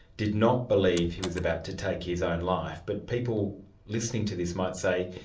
did not believe he was about to take his own life, but people listening to this might say,